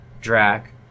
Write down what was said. Drac